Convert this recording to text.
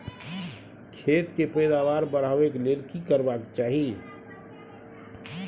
खेत के पैदावार बढाबै के लेल की करबा के चाही?